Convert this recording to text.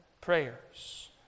prayers